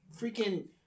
freaking